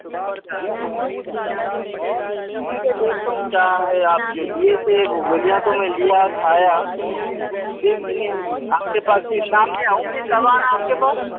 اچھا ٹھیک ہے دیکھتا ہوں کیا ہے آپ جو دیئے تھے وہ گولیاں تو میں لیا کھایا دیکھیں گے آپ کے پاس پھر شام میں آؤں پھر کب آنا آپ کے پاس